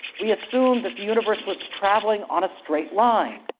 we assumed that the universe was travelling on a straight line.